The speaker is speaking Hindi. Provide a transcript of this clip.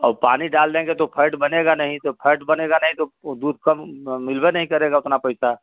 और पानी डाल देंगे तो फैट बनेगा नहीं तो फैट बनेगा नहीं तो ओ दूध कम मिलबे नहीं करेगा उतना पैसा